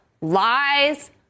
lies